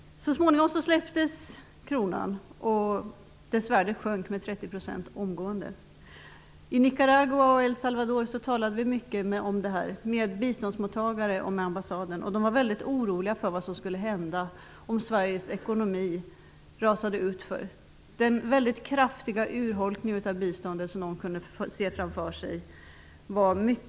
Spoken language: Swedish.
Så småningom släpptes kronan fri, och dess värde sjönk omgående med 30 %. I Nicaragua och El Salvador talade vi mycket om detta med biståndsmottagare och med ambassaderna. De var mycket oroliga för vad som skulle hända om Sveriges ekonomi rasade utför och för den väldigt kraftiga urholkningen av biståndet som de kunde se framför sig.